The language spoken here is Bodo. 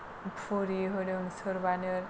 फुरि होदों सोरबानो